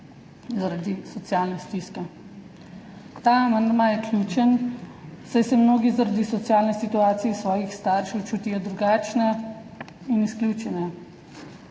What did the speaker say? zaradi socialne stiske. Ta amandma je ključen, saj se mnogi zaradi socialne situacije svojih staršev čutijo drugačne in izključene.